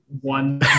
One